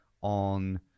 on